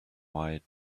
why